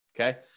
Okay